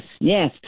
yes